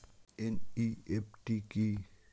NEFT কি?